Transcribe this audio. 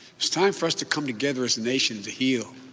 it's time for us to come together as a nation to heal.